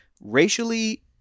racially